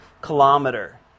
kilometer